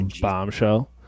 bombshell